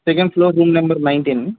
second floor room number nineteen